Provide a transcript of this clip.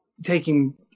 taking